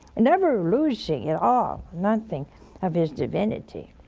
never losing at all nothing of his divinity